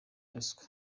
ruswa